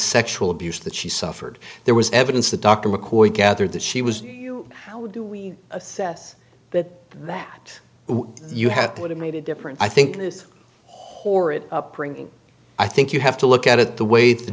sexual abuse that she suffered there was evidence that dr mccoy gathered that she was how do we assess that that you had would have made it different i think this horrid upbringing i think you have to look at it the way the